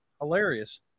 hilarious